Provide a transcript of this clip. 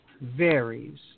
varies